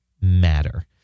matter